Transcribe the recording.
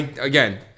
Again